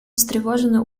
встревожены